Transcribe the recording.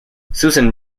susan